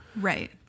Right